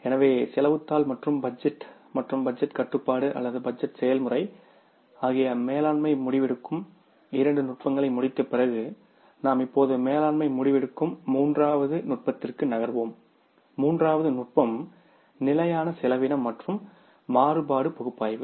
எனவே செலவுத் தாள் மற்றும் பட்ஜெட் மற்றும் பட்ஜெட் கட்டுப்பாடு அல்லது பட்ஜெட் செயல்முறை ஆகிய மேலாண்மை முடிவெடுக்கும் இரண்டு நுட்பங்களை முடித்த பிறகு நாம் இப்போது மேலாண்மை முடிவெடுக்கும் மூன்றாவது நுட்பத்திற்கு நகருவோம் மூன்றாவது நுட்பம் நிலையான செலவினம் மற்றும் மாறுபாடு பகுப்பாய்வு